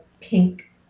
pink